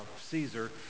Caesar